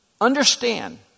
understand